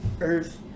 earth